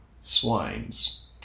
swines